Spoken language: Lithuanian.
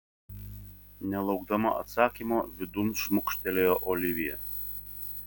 nelaukdama atsakymo vidun šmukštelėjo olivija